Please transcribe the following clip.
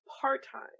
part-time